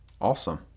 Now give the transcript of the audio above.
Awesome